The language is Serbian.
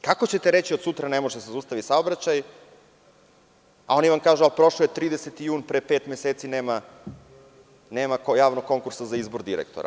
Kako ćete reći – od sutra ne može da se zaustavi saobraćaj, a oni vam kažu prošao je 30. jun pre pet meseci, nema javnog konkursa za izbor direktora.